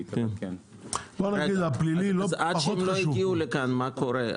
עד שלא הגיעו לכאן, מה קורה?